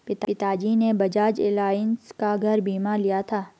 पिताजी ने बजाज एलायंस का घर बीमा लिया था